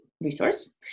resource